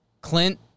Clint